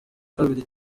kabiri